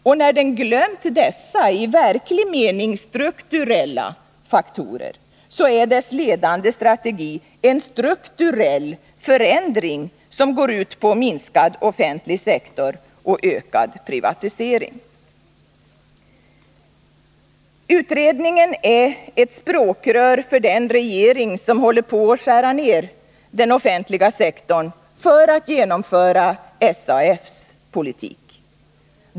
Och när den glömt dessa i verklig mening ”strukturella” faktorer, så är dess ledande strategi en ”strukturell” förändring som går ut på minskad offentlig sektor och ökad privatisering. Utredningen är ett språkrör för den regering som håller på att skära ner den offentliga sektorn för att genomföra SAF:s politik.